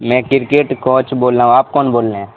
میں cricket coach بول رہا ہوں آپ کون بول رہے ہیں